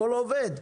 הכול עובד?